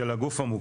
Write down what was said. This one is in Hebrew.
של הגוף המוכר.